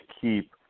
keep